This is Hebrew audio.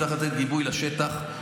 צריך לתת גיבוי לשטח,